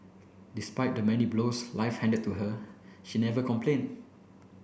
despite the many blows life handed to her she never complained